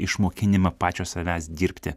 išmokinimą pačio savęs dirbti